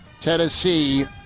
Tennessee